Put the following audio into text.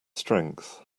strength